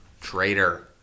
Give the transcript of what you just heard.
Traitor